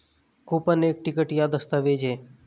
coupon एक ticket या दस्तावेज़ है